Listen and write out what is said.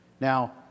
Now